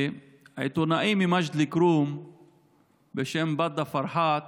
עיתונאי ממג'ד אל-כרום ששמו מבדא פרחאת